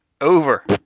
Over